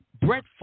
Brett